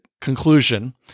conclusion